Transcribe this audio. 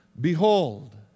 Behold